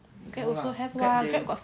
grab also have [what]